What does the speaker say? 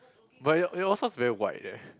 but you you also is very white eh